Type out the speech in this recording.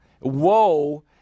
Woe